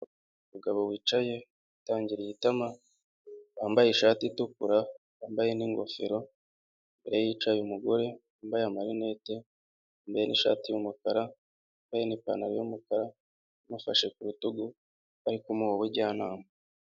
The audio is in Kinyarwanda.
Umugabo wicaye witangirariye itama wambaye ishati itukura yambaye n'ingofero, imbere ye hicaye umugore wambaye amarinete yambaye n'ishati y'umukara wambaye n'ipantaro y'umukara, amufashe ku rutugu ari kumuha ubujyanama.